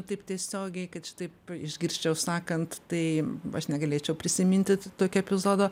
taip tiesiogiai kad šitaip išgirsčiau sakant tai aš negalėčiau prisiminti tokio epizodo